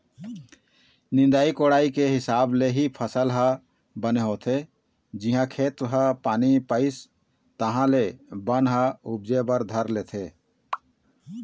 निंदई कोड़ई के हिसाब ले ही फसल ह बने होथे, जिहाँ खेत ह पानी पइस तहाँ ले बन ह उपजे बर धर लेथे